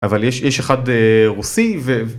אבל יש, יש אחד רוסי ו...